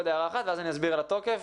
הודעה אחת ולאחר מכן אסביר על התוקף,